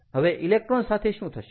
હવે ઇલેક્ટ્રોન સાથે શું થશે